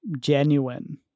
genuine